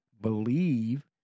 believe